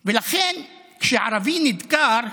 לכן, כשערבי נדקר,